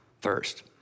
first